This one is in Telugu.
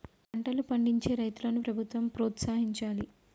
పంటలు పండించే రైతులను ప్రభుత్వం ప్రోత్సహించాలి